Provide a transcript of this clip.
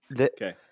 Okay